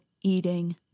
eating